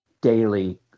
daily